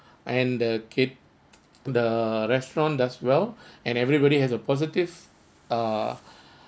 and the cate~ the restaurant does well and everybody has a positive uh